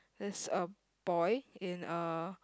there's a boy in a